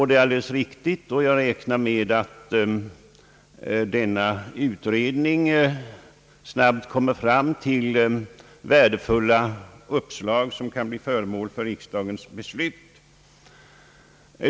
Det är alldeles riktigt, och jag räknar med att denna utredning snabbt kommer fram till värdefulla uppslag som kan bli föremål för riksdagens beslut.